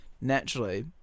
naturally